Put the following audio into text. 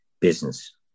business